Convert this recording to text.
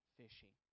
fishing